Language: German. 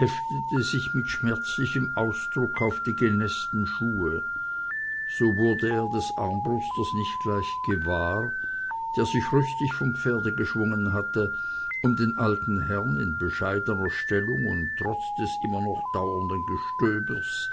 sich mit schmerzlichem ausdruck auf die genäßten schuhe so wurde er des armbrusters nicht gleich gewahr der sich rüstig vom pferde geschwungen hatte um den alten herrn in bescheidener stellung und trotz des noch immer dauernden gestöbers